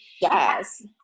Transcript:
Yes